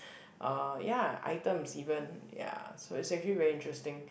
uh ya items even ya so it's actually very interesting